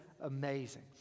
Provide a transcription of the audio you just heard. amazing